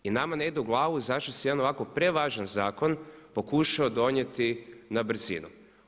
I nama ne ide u glavu zašto se jedan ovako prevažan zakon pokušao donijeti na brzinu.